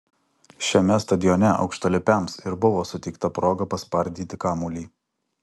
šiame stadione aukštalipiams ir buvo suteikta proga paspardyti kamuolį